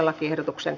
lakiehdotuksen